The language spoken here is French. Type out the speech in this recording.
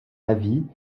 avis